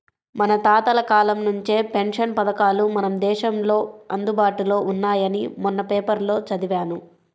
మన తాతల కాలం నుంచే పెన్షన్ పథకాలు మన దేశంలో అందుబాటులో ఉన్నాయని మొన్న పేపర్లో చదివాను